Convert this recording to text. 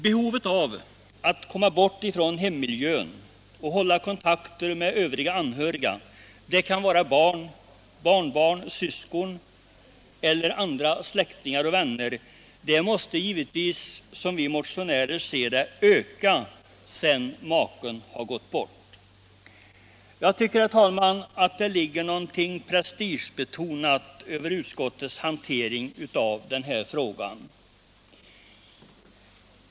Behovet av att komma bort från hemmiljön och hålla kontakterna med övriga anhöriga — det kan vara barn, barnbarn, syskon eller andra släktingar och vänner — måste givetvis, som vi motionärer ser det, öka sedan maken har gått bort. - Jag tycker, herr talman, att det ligger något prestigebetonat över utskottets hantering av denna fråga.